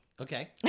Okay